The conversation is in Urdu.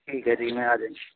ٹھیک ہے جی میں آ جائیں